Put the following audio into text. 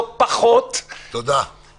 תודה.